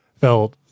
felt